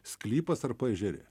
sklypas ar paežerė